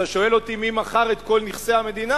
אתה שואל אותי מי מכר את כל נכסי המדינה?